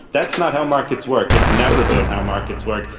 that's not how markets work. it's never been how markets work.